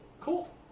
Cool